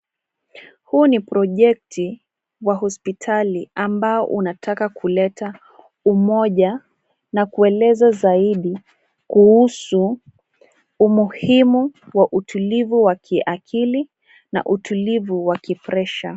Huu ni project wa hospitali ambao unataka kuleta umoja na kueleza zaidi kuhusu umuhimu wa utulivu wa kiakili na utulivu wa kipresha.